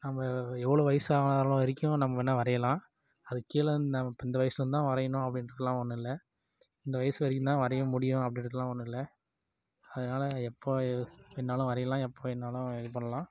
நம்ம எவ்வளோ வயசான வரைக்கும் நம்ம வேணுனா வரையலாம் அதுக்கு கீழே இந்த இப்போ இந்த வயிசுலேருந்துதான் வரையணும் அப்படின்றதுலாம் ஒன்னுமில்ல இந்த வயசு வரைக்கும் தான் வரைய முடியும் அப்படின்றதுலாம் ஒன்னுமில்ல அதனால் எப்போ என்ன வேணுனா வரையலாம் எப்போ என்ன இது வேணுனாலும் இது பண்ணலாம்